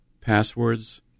passwords